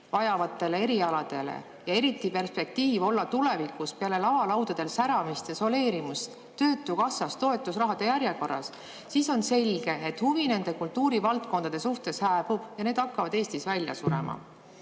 vajavatele erialadele ja eriti [mõjub ehk] perspektiiv olla tulevikus, peale lavalaudadel säramist ja soleerimist, töötukassas toetusraha järjekorras. Seda arvestades on selge, et huvi nende kultuurivaldkondade vastu hääbub ja need hakkavad Eestis välja surema.